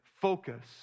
Focus